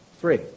Three